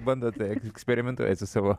bandote eksperimentuoti su savo